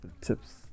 tips